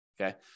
Okay